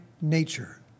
nature